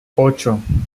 ocho